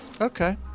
Okay